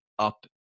up